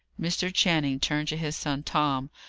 mr. channing turned to his son tom,